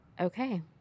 Okay